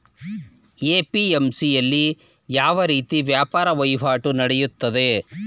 APMC ಯಲ್ಲಿ ಯಾವ ರೀತಿ ವ್ಯಾಪಾರ ವಹಿವಾಟು ನೆಡೆಯುತ್ತದೆ?